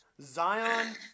Zion